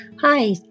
Hi